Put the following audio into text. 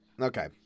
Okay